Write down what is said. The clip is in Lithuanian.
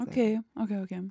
okei okei okei